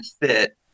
fit